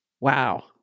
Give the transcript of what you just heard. Wow